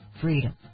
Freedom